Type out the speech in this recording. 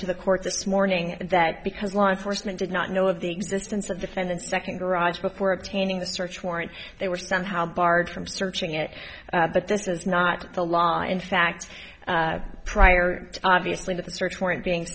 to the court this morning that because law enforcement did not know of the existence of defendant second garage before obtaining the search warrant they were somehow barred from searching it but this is not the law in fact prior to obviously the search warrant being